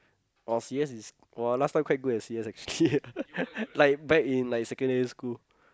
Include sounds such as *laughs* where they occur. or C_S is !wah! last time quite good at C_S actually *laughs* like back in like secondary school